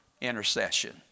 intercession